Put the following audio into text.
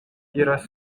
iras